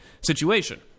situation